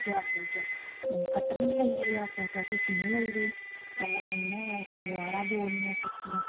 फ्ही आस्ता आस्ता कट्टन बी लगी पेई आस्ता आस्ता फ्ही सीन लगी पेई पैह्लें में इ'यां सलवारां जोड़नियां सिक्खियां